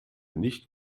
nicht